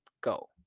go